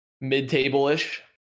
Mid-table-ish